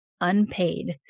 unpaid